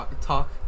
talk